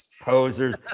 posers